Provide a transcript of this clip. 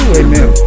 amen